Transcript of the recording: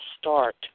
start